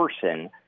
person